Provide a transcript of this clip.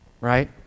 right